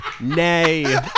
Nay